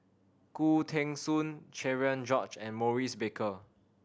Khoo Teng Soon Cherian George and Maurice Baker